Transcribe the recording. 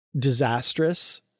disastrous